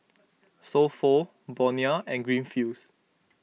So Pho Bonia and Greenfields